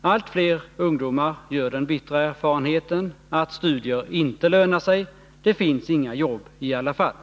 Allt fler ungdomar gör den bittra erfarenheten att studier inte lönar sig, det finns inga jobb i alla fall.